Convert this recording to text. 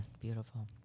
Beautiful